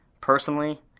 personally